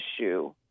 issue